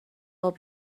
will